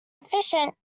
efficient